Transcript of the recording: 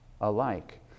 alike